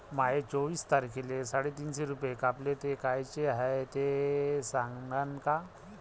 माये चोवीस तारखेले साडेतीनशे रूपे कापले, ते कायचे हाय ते सांगान का?